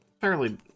fairly